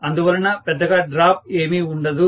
అందువలన పెద్దగా డ్రాప్ ఏమీ ఉండదు